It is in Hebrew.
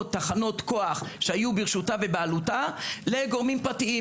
תחנות כוח שהיו ברשותה ובבעלותה לגורמים פרטיים.